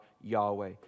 Yahweh